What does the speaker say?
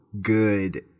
good